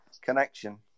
connection